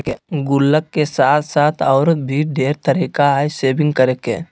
गुल्लक के साथ साथ और भी ढेर तरीका हइ सेविंग्स करे के